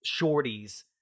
shorties